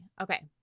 Okay